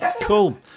Cool